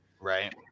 Right